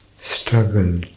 struggle